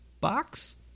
box